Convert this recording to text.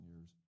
years